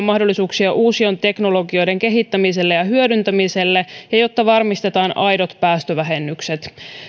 mahdollisuuksia uusien teknologioiden kehittämiselle ja hyödyntämiselle ja jotta varmistetaan aidot päästövähennykset